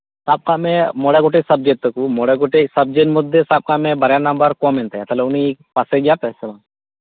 ᱥᱟᱵ ᱠᱟᱜ ᱢᱮ ᱢᱚᱬᱮ ᱜᱚᱴᱮᱡ ᱥᱟᱵᱡᱮᱠᱴ ᱛᱟᱠᱚ ᱢᱚᱬᱮ ᱜᱚᱴᱮᱡ ᱥᱟᱵᱡᱮᱠᱴ ᱢᱚᱫᱽᱫᱷᱮ ᱢᱚᱫᱫᱷᱮ ᱵᱟᱨᱭᱟ ᱱᱟᱢᱵᱟᱨ ᱠᱚᱢ ᱮᱱ ᱛᱟᱭᱟ ᱛᱟᱦᱞᱮ ᱩᱱᱤ ᱯᱟᱥᱮ ᱜᱮᱭᱟᱯᱮ ᱥᱮ ᱵᱟᱝ